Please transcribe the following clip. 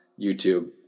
youtube